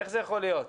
איך זה יכול להיות?